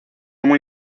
muy